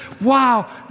Wow